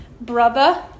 brother